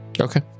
Okay